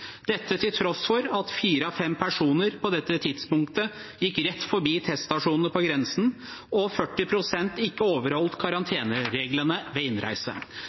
tross for at fire av fem personer på dette tidspunktet gikk rett forbi teststasjonene på grensen og 40 pst. ikke overholdt karantenereglene ved innreise,